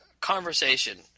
conversation